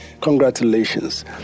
Congratulations